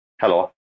hello